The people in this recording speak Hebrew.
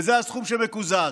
וזה הסכום שמקוזז.